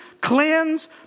cleanse